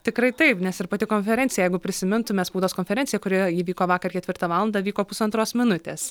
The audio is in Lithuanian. tikrai taip nes ir pati konferencija jeigu prisimintumėme spaudos konferenciją kuri įvyko vakar ketvirtą valandą vyko pusantros minutės